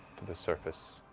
to the surface